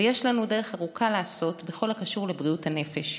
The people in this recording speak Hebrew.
ויש לנו דרך ארוכה לעשות בכל הקשור לבריאות הנפש,